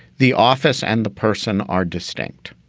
the office and the person are distinct.